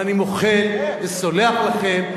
ואני מוחל וסולח לכם,